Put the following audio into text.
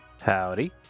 Howdy